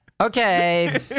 Okay